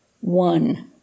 One